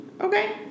okay